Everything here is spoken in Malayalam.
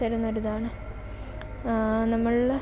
തരുന്ന നമ്മള്